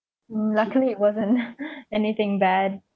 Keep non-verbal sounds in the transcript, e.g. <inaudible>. mm luckily it wasn't <laughs> anything bad